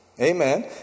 Amen